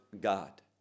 God